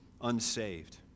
unsaved